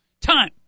time